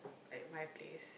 at my place